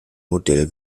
modell